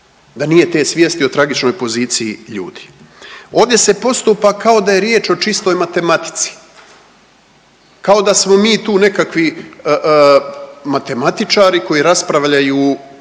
da nije te svijesti o tragičnoj poziciji ljudi. Ovdje se postupa kao da je riječ o čistoj matematici, kao da smo mi tu nekakvi matematičari koji raspravljaju